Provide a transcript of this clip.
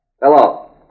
Hello